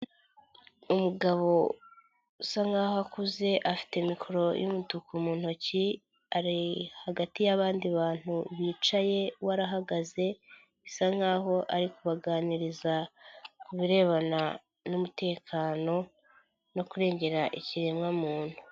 Umugabo usa nkaho akuze afite mikoro y'umutuku mu ntoki, ari hagati y'abandi bantu bicaye we arahagaze, bisa nkaho ari kubaganiriza ku birebana n'umutekano no kurengera ikiremwamuntu.